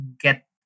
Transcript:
get